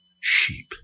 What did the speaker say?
sheep